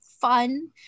fun